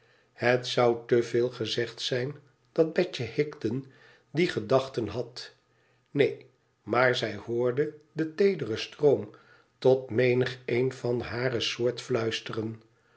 het zou te veel gezegd zijn dat betje higden die gedachten had neen maar zij hoorde den teederen stroom tot menigeen van hare soort fluisteren